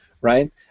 right